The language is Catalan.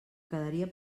quedaria